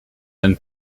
and